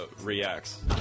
Reacts